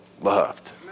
loved